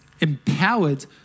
empowered